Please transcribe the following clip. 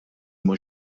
mhu